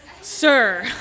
sir